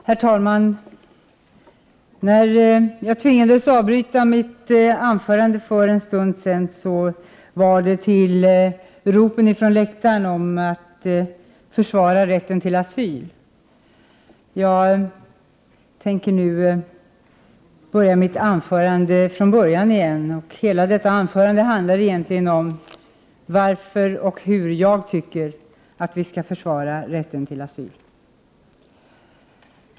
Herr talman! Jag tvingades för en stund sedan avbryta mitt anförande till ropen från läktaren om att försvara rätten till asyl. Jag tänker nu ta mitt anförande från början. Hela detta anförande handlar egentligen om varför jag tycker vi skall försvara rätten till asyl och hur vi skall göra det.